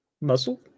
muscle